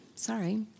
Sorry